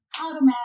Automatic